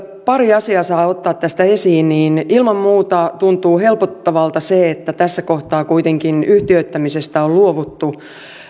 pari asiaa saa ottaa tästä esiin niin ilman muuta tuntuu helpottavalta se että tässä kohtaa kuitenkin yhtiöittämisestä on luovuttu